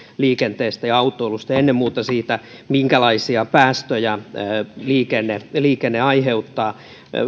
liikenteestä ja autoilusta ja ennen muuta siitä minkälaisia päästöjä liikenne aiheuttaa